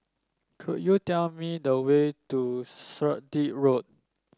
could you tell me the way to Sturdee Road